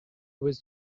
was